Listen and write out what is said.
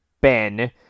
ben